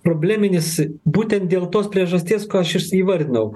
probleminis būtent dėl tos priežasties ką aš is įvardinau